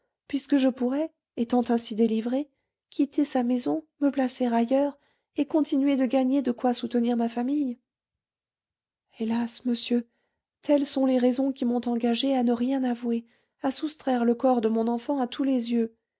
puisque je pourrais étant ainsi délivrée quitter sa maison me placer ailleurs et continuer de gagner de quoi soutenir ma famille hélas monsieur telles sont les raisons qui m'ont engagée à ne rien avouer à soustraire le corps de mon enfant à tous les yeux